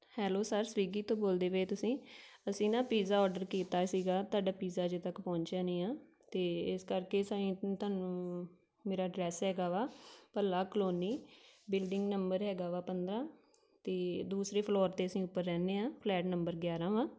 hello sir Swiggy ਤੋਂ ਬੋਲਦੇ ਪਏ ਤੁਸੀਂ ਅਸੀਂ ਨਾ ਪੀਜ਼ਾ ਔਡਰ ਕੀਤਾ ਸੀਗਾ ਤੁਹਾਡਾ ਪੀਜ਼ਾ ਅਜੇ ਤੱਕ ਪਹੁੰਚਿਆ ਨਹੀਂ ਆ ਅਤੇ ਇਸ ਕਰ ਕੇ ਅਸੀਂ ਤੁਹਾਨੂੰ ਮੇਰਾ ਅਡਰੈਸ ਹੈਗਾ ਵਾ ਭੱਲਾ ਕਲੋਨੀ ਬਿਲਡਿੰਗ ਨੰਬਰ ਹੈਗਾ ਵਾ ਪੰਦਰਾਂ ਅਤੇ ਦੂਸਰੇ ਫਲੋਰ 'ਤੇ ਅਸੀਂ ਉੱਪਰ ਰਹਿੰਦੇ ਹਾਂ ਫਲੈਟ ਨੰਬਰ ਗਿਆਰਾਂ ਵਾ